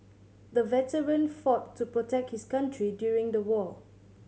the veteran fought to protect his country during the war